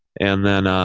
and then, ah,